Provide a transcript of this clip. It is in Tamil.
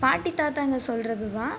பாட்டி தாத்தாங்க சொல்வது தான்